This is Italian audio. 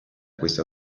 questa